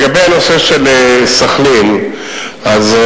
לגבי סח'נין אנחנו,